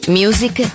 music